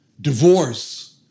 Divorce